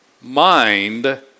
mind